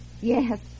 Yes